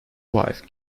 wife